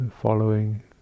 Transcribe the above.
Following